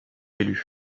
élu